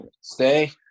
Stay